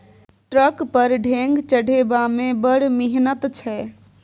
truck पर ढेंग चढ़ेबामे बड़ मिहनत छै